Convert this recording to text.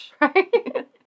Right